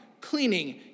cleaning